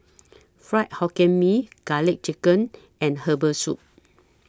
Fried Hokkien Mee Garlic Chicken and Herbal Soup